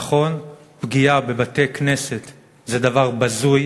נכון, פגיעה בבתי-כנסת זה דבר בזוי,